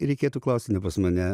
reikėtų klausti ne pas mane